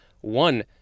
One